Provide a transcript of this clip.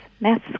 Maths